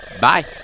Bye